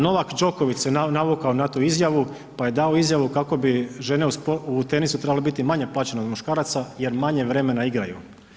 Novak Đoković se navukao na tu izjavu, pa je dao izjavu kako bi žene u tenisu trebale biti manje plaćene od muškaraca jer manje vremena igraju.